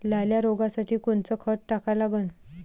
लाल्या रोगासाठी कोनचं खत टाका लागन?